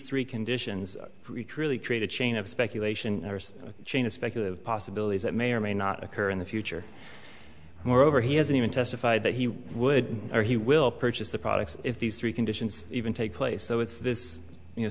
three conditions really create a chain of speculation chain of speculative possibilities that may or may not occur in the future moreover he hasn't even testified that he would or he will purchase the products if these three conditions even take place so it's this